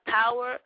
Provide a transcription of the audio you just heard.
power